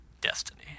Destiny